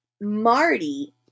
Marty